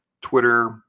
Twitter